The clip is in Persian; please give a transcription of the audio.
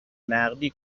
نقدی